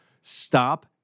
Stop